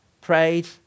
prayed